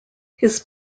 his